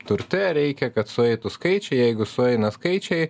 turte reikia kad sueitų skaičiai jeigu sueina skaičiai